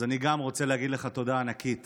אז אני גם רוצה להגיד לך תודה ענקית